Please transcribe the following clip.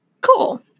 Cool